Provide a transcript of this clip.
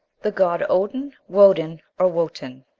the god odin, woden, or wotan.